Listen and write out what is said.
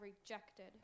rejected